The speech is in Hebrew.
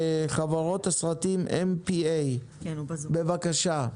חברות הסרטים MPA, בבקשה,